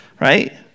right